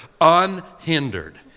unhindered